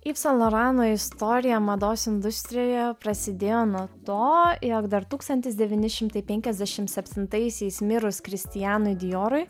yv san lorano istorija mados industrijoje prasidėjo nuo to jog dar tūkstantis devyni šimtai penkiasdešim septintaisiais mirus kristianui dijorui